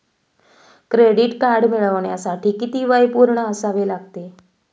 Credit card मिळवण्यासाठी किती वय पूर्ण असावे लागते?